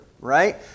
right